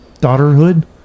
Daughterhood